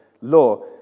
law